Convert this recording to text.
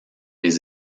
les